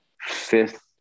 fifth